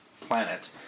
planet